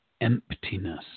emptiness